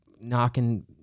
knocking